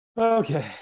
Okay